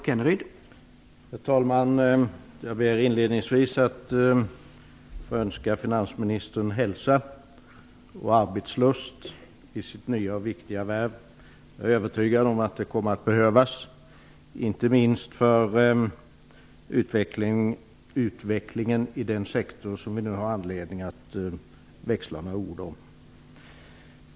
Herr talman! Jag ber inledningsvis att få önska finansministern hälsa och arbetslust i sitt nya och viktiga värv. Jag är övertygad om att det kommer att behövas, inte minst för utvecklingen i den sektor som vi nu har anledning att växla några ord om.